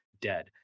dead